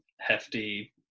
hefty